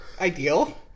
Ideal